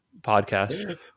podcast